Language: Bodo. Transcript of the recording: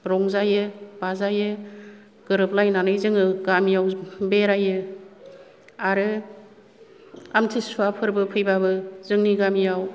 रंजायो बाजायो गोरोबलायनानै जोङो गामियाव बेरायो आरो आमथिसुवा फोरबो फैबाबो जोंनि गामियाव